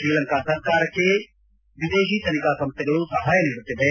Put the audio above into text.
ಶ್ರೀಲಂಕಾ ಸರ್ಕಾರಕ್ಕೆ ವಿದೇಶಿ ತನಿಖಾ ಸಂಸ್ಥೆಗಳು ಸಹಾಯ ನೀಡುತ್ತಿವೆ